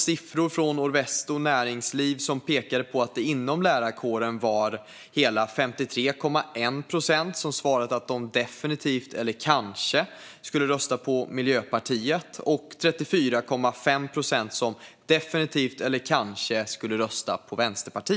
Siffror från Orvesto Näringsliv pekade på att det inom lärarkåren var hela 53,1 procent som svarade att de definitivt eller kanske skulle rösta på Miljöpartiet och 34,5 procent som definitivt eller kanske skulle rösta på Vänsterpartiet.